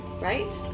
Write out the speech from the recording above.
Right